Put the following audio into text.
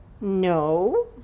No